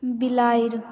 बिलाड़ि